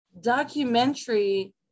documentary